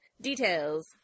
details